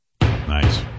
Nice